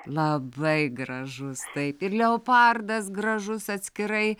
labai gražus taip ir leopardas gražus atskirai